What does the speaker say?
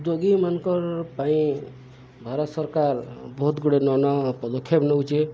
ଉଦ୍ୟୋଗୀମାନଙ୍କର ପାଇଁ ଭାରତ ସରକାର ବହୁତ ଗୁଡ଼େ ନୂଆ ନୂଆ ପଦକ୍ଷେପ ନଉଚେ